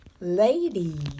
Ladies